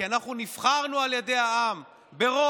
כי אנחנו נבחרנו על ידי העם ברוב,